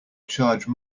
charge